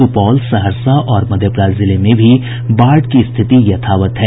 सुपौल सहरसा और मधेपुरा जिले में भी बाढ़ की स्थिति यथावत है